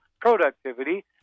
productivity